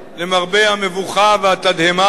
למרבה המבוכה והתדהמה,